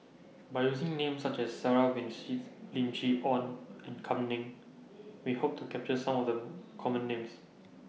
By using Names such as Sarah Winstedt Lim Chee Onn and Kam Ning We Hope to capture Some of The Common Names